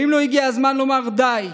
האם לא הגיע הזמן לומר: די,